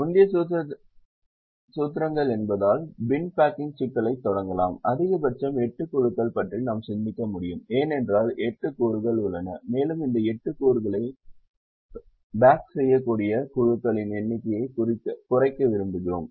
முந்தைய சூத்திரங்கள் என்பதால் பின் பேக்கிங் சிக்கலைத் தொடங்கலாம் அதிகபட்சம் 8 குழுக்களைப் பற்றி நாம் சிந்திக்க முடியும் ஏனென்றால் 8 கூறுகள் உள்ளன மேலும் இந்த 8 கூறுகளை பேக் செய்யக்கூடிய குழுக்களின் எண்ணிக்கையை குறைக்க விரும்புகிறோம்